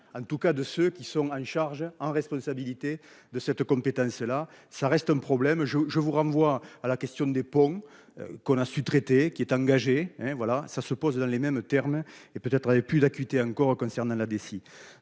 en tout cas de ceux qui sont en charge en responsabilité de cette compétence-là, ça reste un problème je je vous renvoie à la question des ponts qu'on a su traiter qui est engagée. Oui voilà ça se pose dans les mêmes termes et peut être avec plus d'acuité encore concernant la DSI